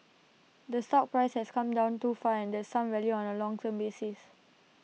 the stock price has come down too far and there's some value on A long term basis